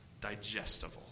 digestible